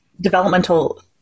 developmental